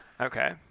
Okay